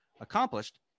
accomplished